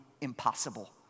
impossible